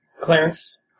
Clarence